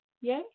Yay